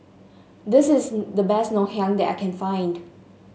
this is the best Ngoh Hiang that I can find